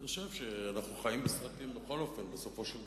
אני חושב שאנחנו חיים בסרטים בכל אופן בסופו של דבר,